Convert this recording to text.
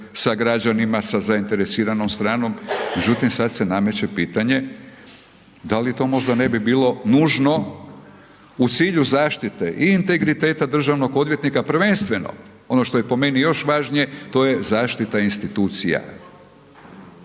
sa građanima, sa zainteresiranom stranom, međutim, sad se nameće pitanje, da li to možda ne bi bilo nužno u cilju zaštitite integriteta državnog odvjetnika prvenstveno ono što je po meni još važnije, to je zaštita institucija.